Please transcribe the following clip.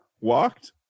walked